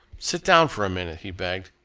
sit down for a minute, he begged.